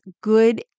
good